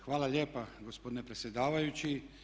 Hvala lijepa gospodine predsjedavajući.